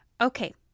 Okay